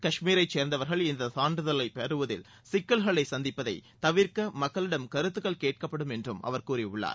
காஷ்மீரைச் சேர்ந்தவர்கள் இந்த சான்றிதழை பெறுவதில் சிக்கல்களை சந்திப்பதை தவிர்க்க மக்களிடம் கருத்துக்கள் கேட்கப்படும் என்றும் அவர் கூறியுள்ளார்